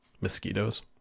Mosquitoes